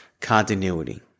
continuity